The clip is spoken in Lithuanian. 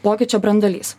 pokyčio branduolys